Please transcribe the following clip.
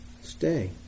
Stay